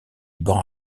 bancs